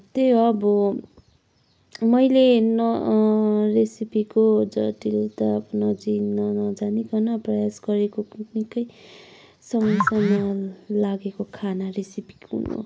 त्यही हो अब मैले न रेसिपीको जटिलता आफ्नो जिम्मा नजानिकन प्रयास गरेको कुकिङकैसँगसँगै लागेको खाना रेसिपी कुन हो